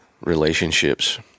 relationships